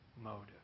motive